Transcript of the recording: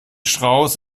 strauß